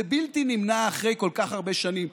זה בלתי נמנע אחרי כל כך הרבה שנים.